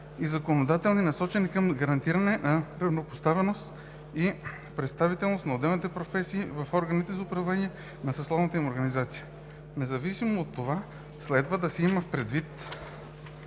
и законодателни, насочени към гарантиране на равнопоставеност и представителност на отделните професии в органите за управление на съсловната им организация. Независимо от това, следва да се има предвид,